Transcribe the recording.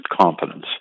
competence